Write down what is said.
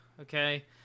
okay